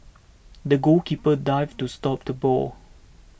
the goalkeeper dived to stop the ball